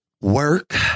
work